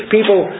People